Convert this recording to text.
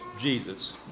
Jesus